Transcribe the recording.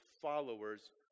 followers